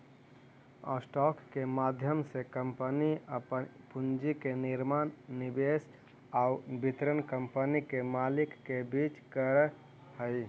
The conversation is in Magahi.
स्टॉक के माध्यम से कंपनी अपन पूंजी के निर्माण निवेश आउ वितरण कंपनी के मालिक के बीच करऽ हइ